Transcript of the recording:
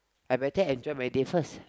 I better enjoy my days first